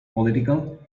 political